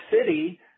City